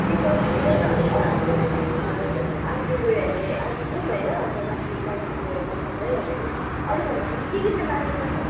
ticket लिय न अन्त अब आज गयो भने आज जौँ होइन अन्त माथि दार्जिलिङ गएर बस्दा भइहाल्यो नि अरूभन्दा पनि के के चाहि लानुपर्ने हौ